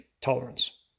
tolerance